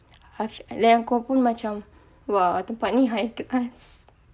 then aku macam !wah! tempat ni high class